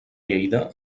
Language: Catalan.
lleida